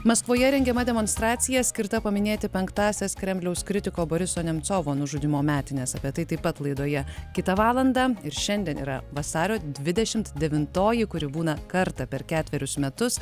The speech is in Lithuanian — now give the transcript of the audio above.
maskvoje rengiama demonstracija skirta paminėti penktąsias kremliaus kritiko boriso nemcovo nužudymo metines apie tai taip pat laidoje kitą valandą ir šiandien yra vasario dvidešimt devintoji kuri būna kartą per ketverius metus